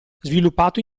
sviluppato